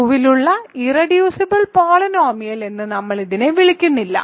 Q ലുള്ള irreducible polynomial എന്ന് നമ്മൾ ഇതിനെ വിളിക്കുന്നില്ല